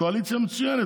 קואליציה מצוינת,